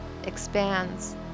expands